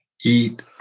Eat